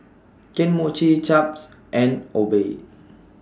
Kane Mochi Chaps and Obey